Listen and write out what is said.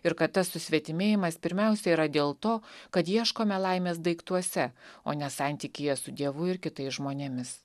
ir kad tas susvetimėjimas pirmiausia yra dėl to kad ieškome laimės daiktuose o ne santykyje su dievu ir kitais žmonėmis